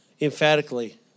emphatically